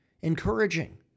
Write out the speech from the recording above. encouraging